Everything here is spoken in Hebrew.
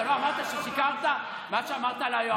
אתה לא אמרת ששיקרת במה שאמרת על היועמ"שית?